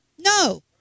no